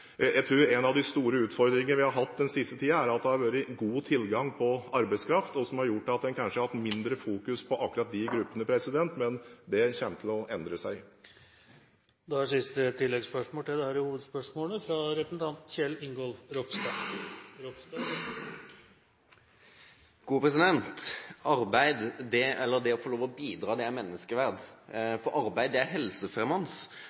Jeg tror en av de store utfordringer vi har hatt den siste tiden, er at det har vært god tilgang på arbeidskraft, noe som har gjort at en kanskje har fokusert mindre på akkurat disse gruppene. Men dette kommer til å endre seg. Kjell Ingolf Ropstad – til oppfølgingsspørsmål. Det å få lov til å bidra med arbeid handler om menneskeverd, for arbeid